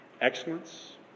excellence